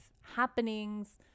happenings